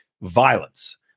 violence